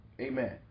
amen